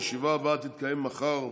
הישיבה הבאה תתקיים מחר,